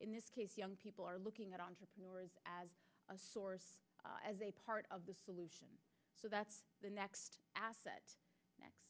in this case young people are looking at entrepreneur as a source as a part of the solution so that the next asset n